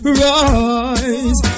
rise